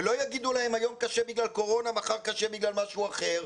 לא יגידו להם היום קשה בגלל קורונה ומחר קשה בגלל משהו אחר,